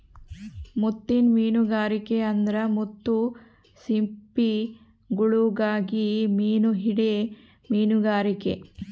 ಮುತ್ತಿನ್ ಮೀನುಗಾರಿಕೆ ಅಂದ್ರ ಮುತ್ತು ಸಿಂಪಿಗುಳುಗಾಗಿ ಮೀನು ಹಿಡೇ ಮೀನುಗಾರಿಕೆ